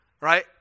right